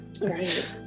Right